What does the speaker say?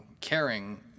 caring